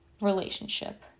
relationship